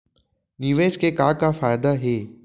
निवेश के का का फयादा हे?